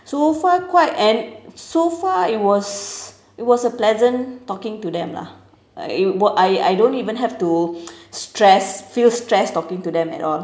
so far quite and so far it was it was a pleasant talking to them lah it I I don't even have to stress feel stress talking to them at all